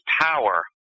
power